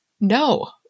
No